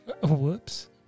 Whoops